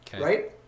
right